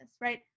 right